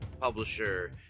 publisher